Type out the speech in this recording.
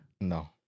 no